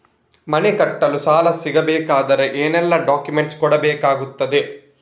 ಮನೆ ಕಟ್ಟಲು ಸಾಲ ಸಿಗಬೇಕಾದರೆ ಏನೆಲ್ಲಾ ಡಾಕ್ಯುಮೆಂಟ್ಸ್ ಕೊಡಬೇಕಾಗುತ್ತದೆ?